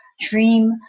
dream